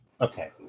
Okay